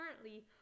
currently